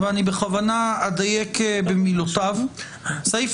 ואני בכוונה אדייק במילותיו הסעיף